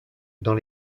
dans